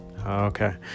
okay